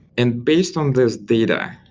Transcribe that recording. and based on this data,